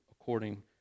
according